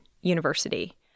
university